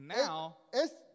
now